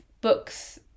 books